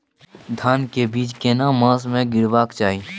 धान के बीज केना मास में गीराबक चाही?